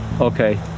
Okay